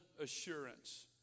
assurance